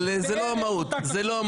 אבל זו לא המהות.